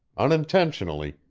unintentionally,